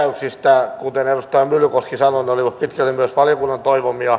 kuten edustaja myllykoski sanoi ne olivat pitkälle myös valiokunnan toivomia